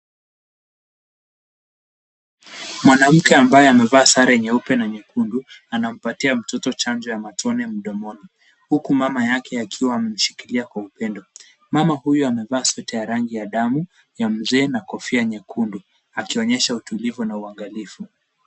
Mwanamke ambaye amevaa sare nyeupe na nyekundu anampatia mtoto chanjo ya matone mdomoni. Huku mama yake akiwa amemshikilia kwa upendo. Mama huyu amevaa sweter ya rangi ya damu, ya mzee na kofia nyekundu, akionyesha utulivu na uangalifu.